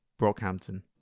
Brockhampton